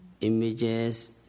images